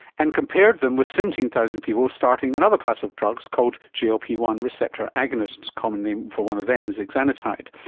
and compared them with seventeen thousand people starting another class of drugs called g l p one receptor agonists, a common name for one of them is exenatide.